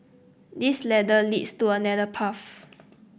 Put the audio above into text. this ladder leads to another path